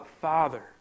Father